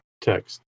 text